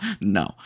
No